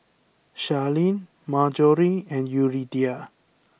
Sharlene Marjorie and Yuridia